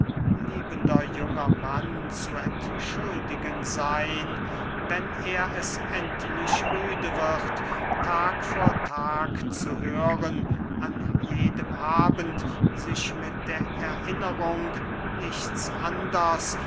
liebender junger mann zu entschuldigen seyn wenn er es endlich müde wird tag vor tag zu hören an jedem abend sich mit der erinnerung nichts anders